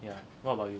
yeah what about you